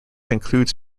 includes